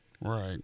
Right